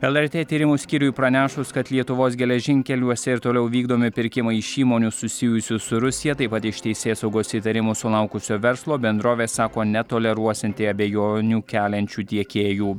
lrt tyrimų skyriui pranešus kad lietuvos geležinkeliuose ir toliau vykdomi pirkimai iš įmonių susijusių su rusija taip pat iš teisėsaugos įtarimų sulaukusio verslo bendrovė sako netoleruosianti abejonių keliančių tiekėjų